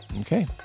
Okay